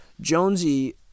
Jonesy